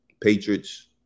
Patriots